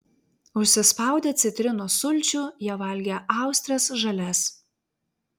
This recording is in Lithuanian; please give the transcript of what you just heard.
užsispaudę citrinos sulčių jie valgė austres žalias